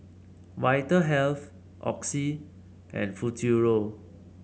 Vitahealth Oxy and Futuro